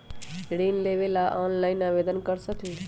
ऋण लेवे ला ऑनलाइन से आवेदन कर सकली?